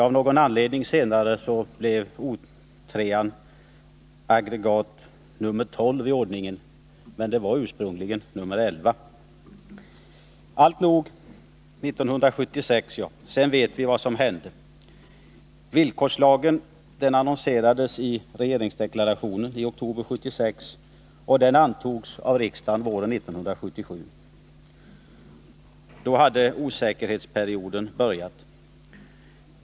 Av någon anledning blev reaktorn O3 senare aggregat nr 12 i ordningen, trots att den ursprungligen var nr 11. Vi vet vad som hände efter beställningen 1976. Villkorslagen annonserades i regeringsdeklarationen i oktober 1976 och antogs av riksdagen våren 1977. Då hade osäkerhetsperioden börjat.